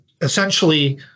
essentially